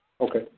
Okay